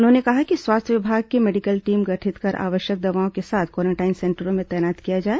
उन्होंने कहा कि स्वास्थ्य विभाग की मेडिकल टीम गठित कर आवश्यक दवाओं के साथ क्वारेंटाइन सेंटरों में तैनात किया जाए